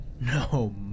No